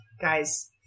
Guys